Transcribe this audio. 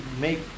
make